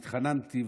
והתחננתי,